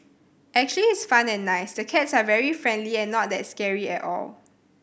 actually it's fun and nice the cats are very friendly and not that scary at all